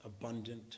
abundant